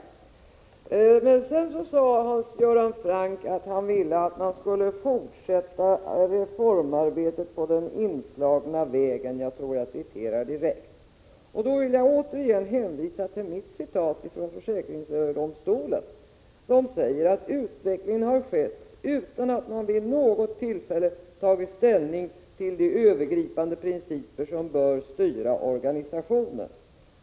149 Men sedan sade Hans Göran Franck att han ville att man skulle ”fortsätta reformarbetet på den inslagna vägen” — jag tror jag citerar direkt. Då vill jag återigen hänvisa till mitt citat från försäkringsöverdomstolen, som säger att utvecklingen ”har skett utan att man vid något tillfälle tagit ställning till de övergripande principer som bör styra domstolsorganisationen”.